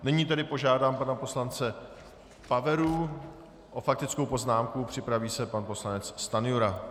Nyní tedy požádám pana poslance Paveru o faktickou poznámku, připraví se pan poslanec Stanjura.